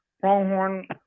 pronghorn